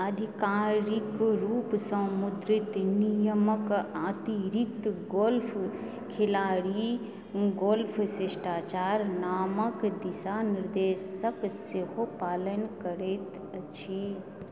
आधिकारिक रूपसँ मुद्रित नियमक अतिरिक्त गोल्फ खिलाड़ी गोल्फ शिष्टाचार नामक दिशानिर्देशक सेहो पालन करैत अछि